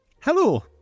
Hello